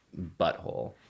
butthole